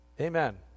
Amen